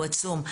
הוא עצום.